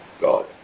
God